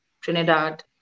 Trinidad